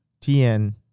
TN